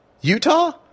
Utah